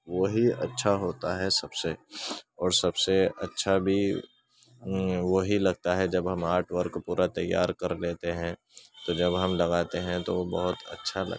وہی اچھا ہوتا ہے سب سے اور سب سے اچھا بھی وہی لگتا ہے جب ہم آرٹ ورک کو پورا تیار کرلیتے ہیں تو جب ہم لگاتے ہیں تو بہت اچھا لگتا ہے